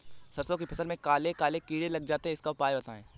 सरसो की फसल में काले काले कीड़े लग जाते इसका उपाय बताएं?